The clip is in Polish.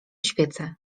świecę